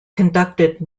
conducted